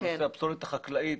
גם נושא הפסולת החקלאית,